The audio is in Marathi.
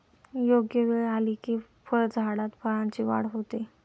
योग्य वेळ आली की फळझाडात फळांची वाढ होते